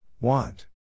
Want